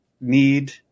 need